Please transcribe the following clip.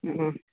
ହଁ ହଁ